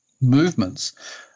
movements